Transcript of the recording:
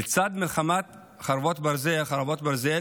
"לצד מלחמת 'חרבות ברזל'